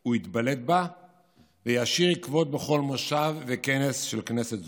הוא יתבלט בה וישאיר עקבות בכל מושב וכנס של כנסת זו.